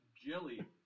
jelly